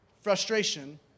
frustration